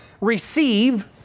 receive